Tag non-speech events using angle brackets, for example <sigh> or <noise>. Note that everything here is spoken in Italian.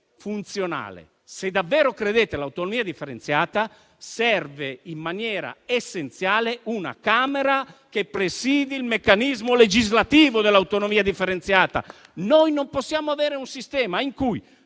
funzionale), se davvero credete all'autonomia differenziata, serve in maniera essenziale una Camera che presidi il meccanismo legislativo dell'autonomia differenziata. <applause> Non possiamo avere un sistema in cui